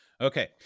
Okay